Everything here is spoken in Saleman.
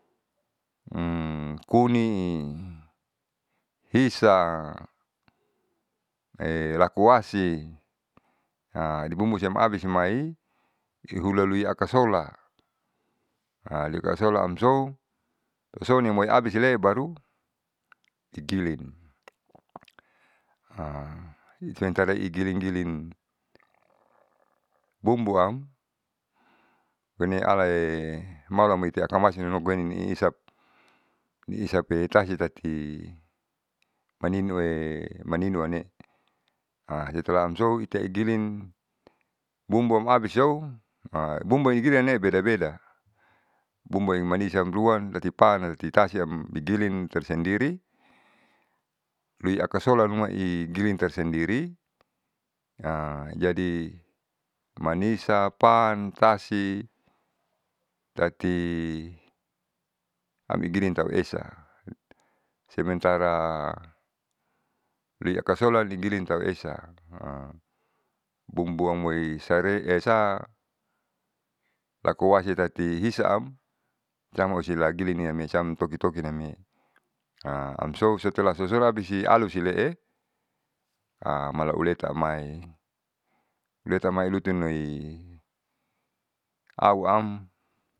kuning i hisa lakoasi nibumbu siam abisi mai hihulalui akasola lihakasola amso soni amoi abisile baru kikilin ita giling giling bumbuam koine alae moite hakamasi nanuekoineisap liisape tatisi maninue maniuaane. setelah amsou itaigilin bumbuambaisiou bumbuamikina beda beda bumbuam manisan amruan tati pa tati tasiam di giling tersendiri loiakasolanuma i giling tersendiri. jadi manisa pan tasi tatu amigirin tauesa. Sementara liakasola ni giling tauesa bumbuamoi sare esa lakoasi tati isaam siam osilagiling niasiam toki toki namee amsou setelah sosoun abisi alusilee malaulata amai letaamai lutunloi auam.